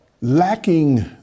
Lacking